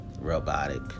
robotic